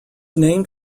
named